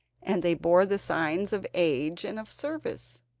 and they bore the signs of age and of service.